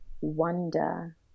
wonder